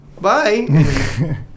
bye